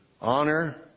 honor